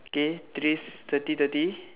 okay today is thirty thirty